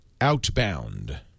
outbound